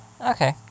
okay